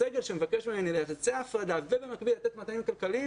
הסגל שמבקש ממני לבצע הפרדה ובמקביל לתת מתנים כלכליים,